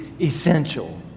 essential